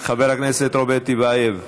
חבר הכנסת רוברט טיבייב,